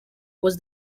was